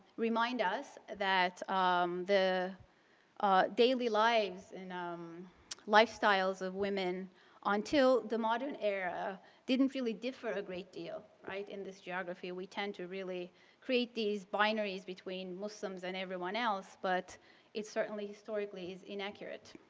remind us that um the daily lives and um lifestyles of women until the modern era didn't really differ a great deal, right, in this geography. we tend to really create these binaries between muslims and everyone else, but it's certainly historically is inaccurate.